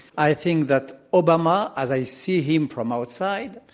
i think that obama, as i see him from outside,